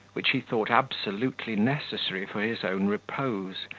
which he thought absolutely necessary for his own repose,